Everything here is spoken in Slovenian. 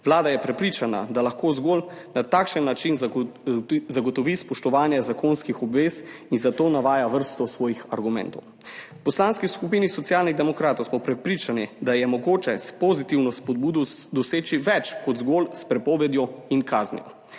Vlada je prepričana, da lahko zgolj na takšen način zagotovi spoštovanje zakonskih obvez in za to navaja vrsto svojih argumentov. V Poslanski skupini Socialnih demokratov smo prepričani, da je mogoče s pozitivno spodbudo doseči več kot zgolj s prepovedjo in kaznijo,